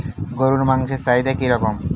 গরুর মাংসের চাহিদা কি রকম?